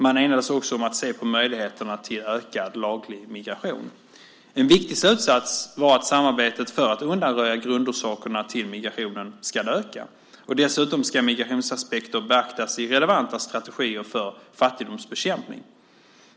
Man enades också om att se på möjligheterna till ökad laglig migration. En viktig slutsats var att samarbetet för att undanröja grundorsakerna till migrationen ska öka. Dessutom ska migrationsaspekter beaktas i relevanta strategier för fattigdomsbekämpning.